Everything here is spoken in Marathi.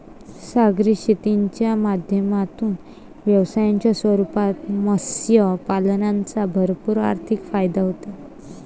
सागरी शेतीच्या माध्यमातून व्यवसायाच्या रूपात मत्स्य पालनाचा भरपूर आर्थिक फायदा होतो